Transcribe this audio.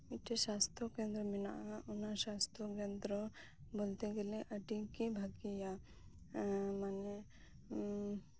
ᱢᱤᱫᱴᱟᱱ ᱥᱟᱥᱛᱷᱚ ᱠᱮᱱᱫᱽᱨᱚ ᱢᱮᱱᱟᱜᱼᱟ ᱚᱱᱟ ᱥᱟᱥᱛᱷᱚ ᱠᱮᱱᱫᱽᱨᱚ ᱵᱚᱞᱛᱮ ᱜᱮᱞᱮ ᱟᱹᱰᱤᱜᱮ ᱵᱷᱟᱹᱜᱤᱭᱟ ᱢᱟᱱᱮ